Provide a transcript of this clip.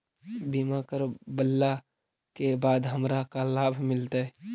बीमा करवला के बाद हमरा का लाभ मिलतै?